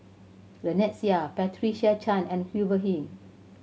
Lynnette Seah Patricia Chan and Hubert Hill